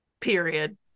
Period